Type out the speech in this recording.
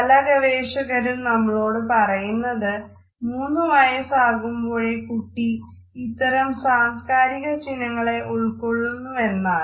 പല ഗവേഷകരും നമ്മളോട് പറയുന്നത് മൂന്നു വയസ്സാകുമ്പോഴേ കുട്ടി ഇത്തരം സാംസ്കാരിക ചിഹ്നങ്ങളെ ഉൾക്കൊള്ളു ന്നുവെന്നാണ്